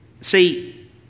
See